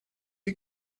you